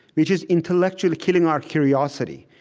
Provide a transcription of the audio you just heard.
which is intellectually killing our curiosity,